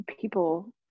people